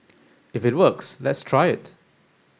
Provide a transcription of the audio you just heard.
if it works let's try it